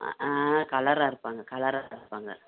ஆ கலராக இருப்பாங்க கலராக இருப்பாங்க